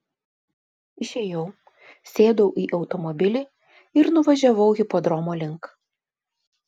išėjau sėdau į automobilį ir nuvažiavau hipodromo link